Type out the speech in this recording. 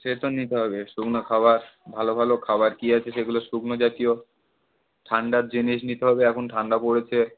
সে তো নিতে হবে শুকনো খাবার ভালো ভালো খাবার কী আছে সেগুলো শুকনো জাতীয় ঠান্ডার জিনিস নিতে হবে এখন ঠান্ডা পড়েছে